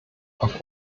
auf